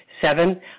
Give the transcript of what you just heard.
Seven